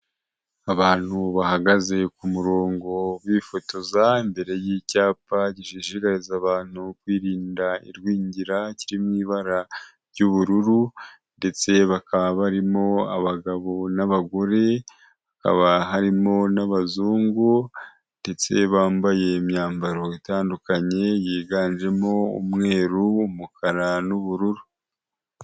Abantu bahagaze ku murongo bifotoza imbere y'icyapa gishikariza abantu kwirinda irwingira kiri mu ibara ry'ubururu ndetse bakaba barimo abagabo n'abagore haba harimo n'abazungu ndetse bambaye imyambaro itandukanye yiganjemo umweru, umukara, n'ubururu.